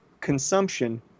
consumption